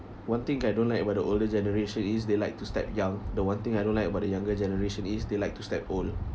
one thing I don't like about the older generation is they like to step young the one thing I don't like about the younger generation is they like to step old